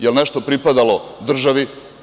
Jel nešto pripadalo državi?